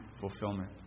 fulfillment